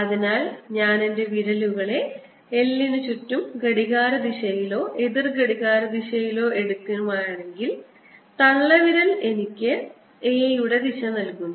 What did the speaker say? അതിനാൽ ഞാൻ എന്റെ വിരലുകളെ l നു ചുറ്റും ഘടികാരദിശയിലോ എതിർ ഘടികാരദിശയിലോ എടുക്കുകയാണെങ്കിൽ തള്ളവിരൽ എനിക്ക് A യുടെ ദിശ നൽകുന്നു